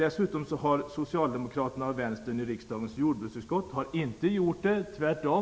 Dessutom har Socialdemokraterna och Vänstern i riksdagens jordbruksutskott inte gjort det.